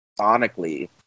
Sonically